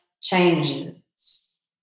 changes